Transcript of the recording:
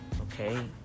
okay